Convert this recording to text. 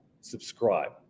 Subscribe